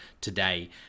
today